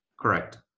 correct